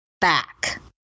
back